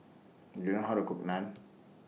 Do YOU know How to Cook Naan